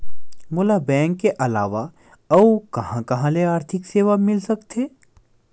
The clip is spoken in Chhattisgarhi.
मोला बैंक के अलावा आऊ कहां कहा आर्थिक सेवा मिल सकथे?